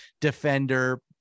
defender